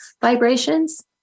vibrations